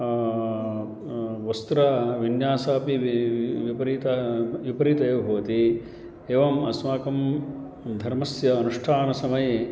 वस्त्रविन्यासापि विपरीतं विपरीतम् एव भवति एवम् अस्माकं धर्मस्य अनुष्ठानसमये